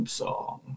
song